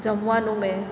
જમવાનું મેં